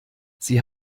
sie